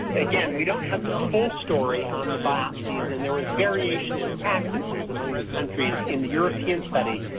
again we don't have the full story on the biopsies and there was variation in practices among the countries in the european study.